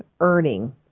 earning